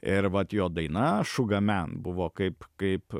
ir vat jo daina šuga men buvo kaip kaip